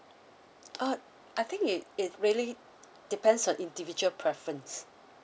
uh I think it it really depends on individual preference